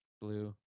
blue